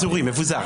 מבוזר.